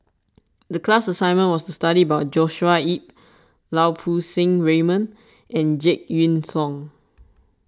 the class assignment was to study about Joshua Ip Lau Poo Seng Raymond and Jek Yeun Thong